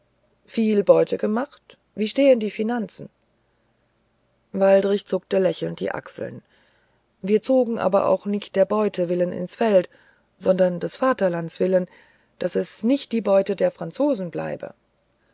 viel beute gemacht wie stehen die finanzen waldrich zuckte lächelnd die achsel wir zogen aber auch nicht der beute willen ins feld sondern des vaterlandes willen daß es nicht die beute der franzosen bleibe